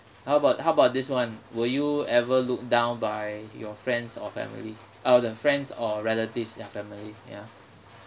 how about how about this one were you ever looked down by your friends or family uh the friends or relatives ya family ya